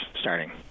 starting